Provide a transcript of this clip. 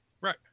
Right